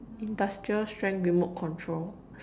industrial strength remote control